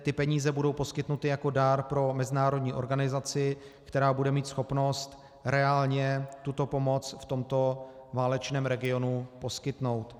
Ty peníze budou poskytnuty jako dar pro mezinárodní organizaci, která bude mít schopnost reálně tuto pomoc v tomto válečném regionu poskytnout.